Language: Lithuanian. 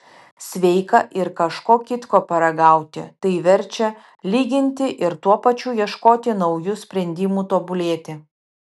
sveika ir kažko kitko paragauti tai verčia lyginti ir tuo pačiu ieškoti naujų sprendimų tobulėti